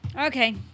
Okay